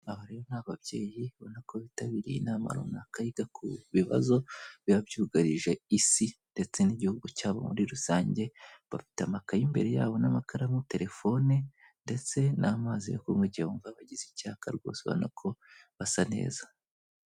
Aba rero ni ababyeyi babona ko bitabiriye inama runaka yita ku bibazo biba byugarije isi, ndetse n'igihugu cyabo muri rusange bafite amakaye imbere yabo n'amakaramu, telefone ndetse n'amazi yo kunywa igihe wumva ugize icyaka rwose urabona ko basa neza.